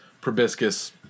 proboscis